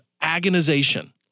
agonization